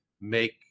make